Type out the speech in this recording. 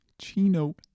Chino